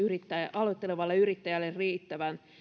aloittelevalle yrittäjälle riittävän